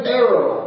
arrow